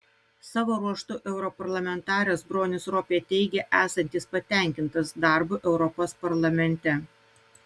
savo ruožtu europarlamentaras bronis ropė teigė esantis patenkintas darbu europos parlamente